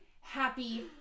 Happy